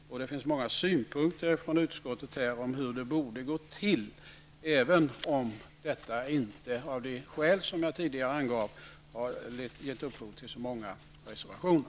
Det finns dessutom många synpunkter från utskottet om hur det borde ha gått till, även om dessa synpunkter av det skäl som jag tidigare angav inte har gett upphov till så många reservationer.